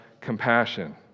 Compassion